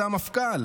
זה המפכ"ל,